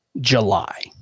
July